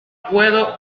puedo